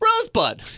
Rosebud